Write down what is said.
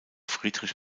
friedrich